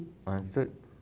understood